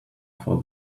for